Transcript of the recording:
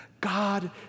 God